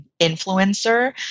influencer